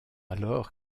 alors